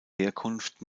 herkunft